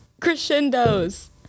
Crescendos